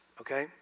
okay